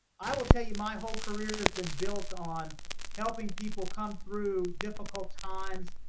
i will tell you my whole career has been built on helping people come through difficult times.